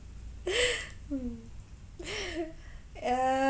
mm yeah